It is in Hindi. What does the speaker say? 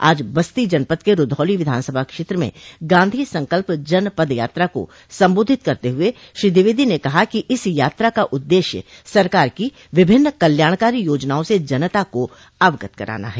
आज बस्तो जनपद के रूधौली विधानसभा क्षेत्र में गांधी संकल्प जन पद यात्रा को संबोधित करते हुए श्री द्विवेदी ने कहा कि इस यात्रा का उददेश्य सरकार की विभिन्न कल्याणकारी योजनाओं से जनता को अवगत कराना है